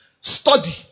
Study